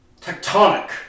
Tectonic